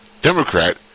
Democrat